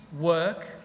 work